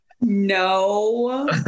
No